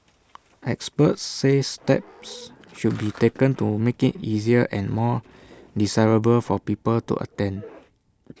experts say steps should be taken to make IT easier and more desirable for people to attend